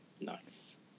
Nice